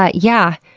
ah yeah.